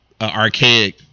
Archaic